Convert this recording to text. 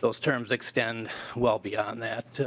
those terms extend well beyond that.